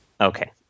Okay